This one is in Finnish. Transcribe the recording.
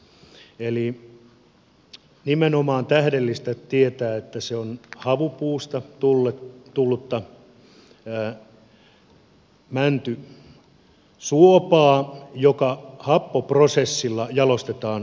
eli nimenomaan on tähdellistä tietää että se on havupuusta tullutta mäntysuopaa joka happoprosessilla jalostetaan mäntyöljyksi